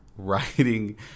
writing